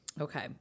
Okay